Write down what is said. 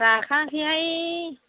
राखाङाखैहाय